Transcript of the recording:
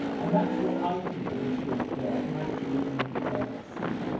and that's what i think we should match or even exceed.